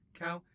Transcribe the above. cow